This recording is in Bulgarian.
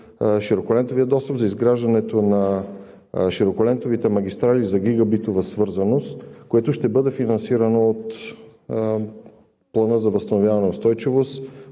широколентовия достъп, за изграждането на широколентовите магистрали за гигабитова свързаност, което ще бъде финансирано от Плана за възстановяване и устойчивост,